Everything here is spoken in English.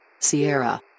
Sierra